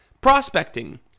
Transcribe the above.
Prospecting